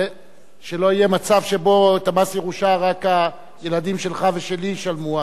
שלא יהיה מצב שבו את מס הירושה רק הילדים שלך ושלי ישלמו.